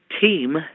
team